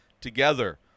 together